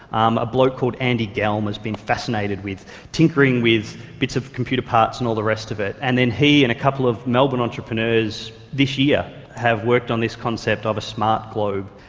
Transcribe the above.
um a bloke called andy gelme has been fascinated with tinkering with bits of computer parts and all the rest of it. and then he and a couple of melbourne entrepreneurs this year have worked on this concept of a smart globe,